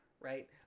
right